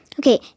Okay